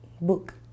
Book